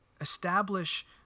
establish